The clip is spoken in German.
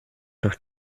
durch